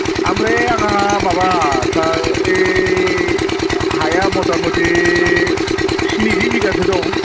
आमफ्राय आंहा माबा सार ओइ हाया मथामथि स्निजि बिघासो दं